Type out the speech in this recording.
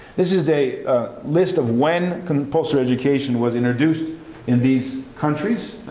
this is a list of when compulsory education was introduced in these countries.